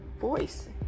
voice